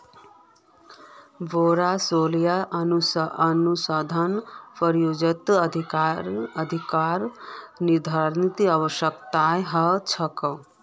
बोरो सोलर अनुसंधान परियोजनात अधिक निधिर अवश्यकता ह छेक